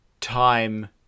time